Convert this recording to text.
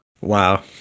Wow